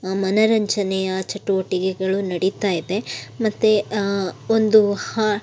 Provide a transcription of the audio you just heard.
ಮನರಂಜನೆಯ ಚಟುವಟಿಕೆಗಳು ನಡಿತಾ ಇದೆ ಮತ್ತು ಒಂದು ಹಾ